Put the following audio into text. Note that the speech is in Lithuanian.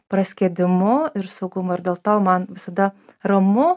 praskiedimu ir saugumu ir dėl to man visada ramu